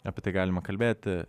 apie tai galima kalbėti